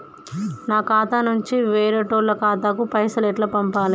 నా ఖాతా నుంచి వేరేటోళ్ల ఖాతాకు పైసలు ఎట్ల పంపాలే?